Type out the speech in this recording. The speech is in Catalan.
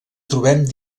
trobem